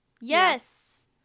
Yes